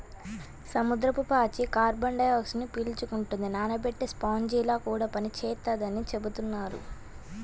సముద్రపు పాచి కార్బన్ డయాక్సైడ్ను పీల్చుకుంటది, నానబెట్టే స్పాంజిలా కూడా పనిచేత్తదని చెబుతున్నారు